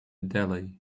deli